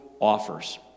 offers